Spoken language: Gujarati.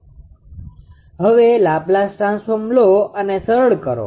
હવે લાપ્લાઝ ટ્રાન્સફોર્મ લો અને સરળ કરો